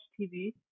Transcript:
TV